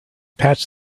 patch